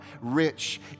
rich